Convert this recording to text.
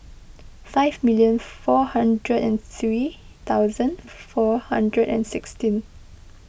five million four hundred and three thousand four hundred and sixteen